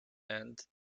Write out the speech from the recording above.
and